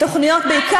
איך את אומרת את זה,